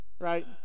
right